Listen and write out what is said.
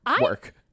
Work